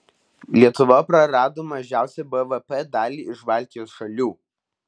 lietuva prarado mažiausią bvp dalį iš baltijos šalių